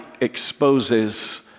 exposes